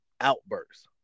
outbursts